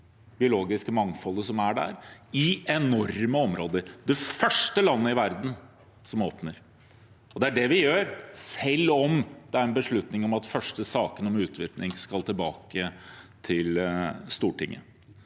biologiske mangfoldet som er der, i enorme områder – det første landet i verden som åpner. Det er det vi gjør, selv om det er en beslutning om at de første sakene om utvinning skal tilbake til Stortinget.